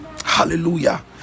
Hallelujah